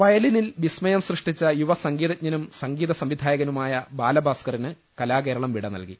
വയലിനിൽ വിസ്മയം സൃഷ്ടിച്ച യുവ സംഗീത ജ്ഞനും സംഗീത സംവിധായകനുമായ ബാലഭാസ്കറിന് കലാകേരളം വിട നൽകി